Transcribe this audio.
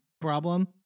problem